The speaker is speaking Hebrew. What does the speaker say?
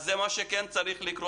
אז זה מה שצריך לקרות,